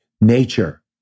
Nature